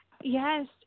Yes